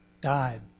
died